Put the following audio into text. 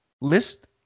list